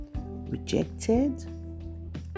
Rejected